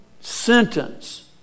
sentence